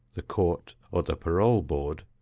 the court, or the parole board,